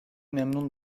memnun